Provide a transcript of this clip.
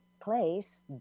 place